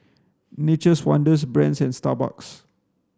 Nature's Wonders Brand's and Starbucks